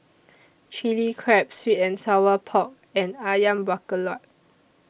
Chili Crab Sweet and Sour Pork and Ayam Buah Keluak